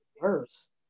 worse